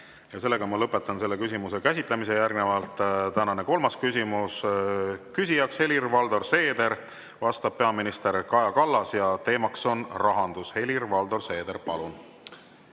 Aitäh! Lõpetan selle küsimuse käsitlemise. Järgnevalt tänane kolmas küsimus. Küsib Helir-Valdor Seeder, vastab peaminister Kaja Kallas ja teema on rahandus. Helir-Valdor Seeder, palun!